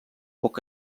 poc